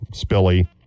Spilly